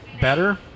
better